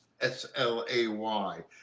S-L-A-Y